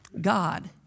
God